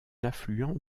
affluent